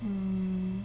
um